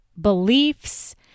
beliefs